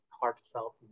heartfelt